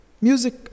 Music